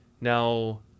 now